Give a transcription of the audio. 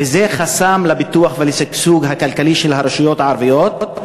וזה חסם לפיתוח ולשגשוג הכלכלי של הרשויות הערביות.